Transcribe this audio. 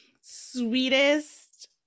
sweetest